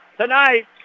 tonight